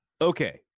okay